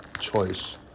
choice